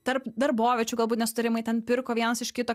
tarp darboviečių galbūt nesutarimai ten pirko vienas iš kito